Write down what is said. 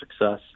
success